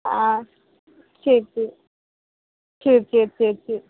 ஆ சரி சரி சரி சரி சரி சரி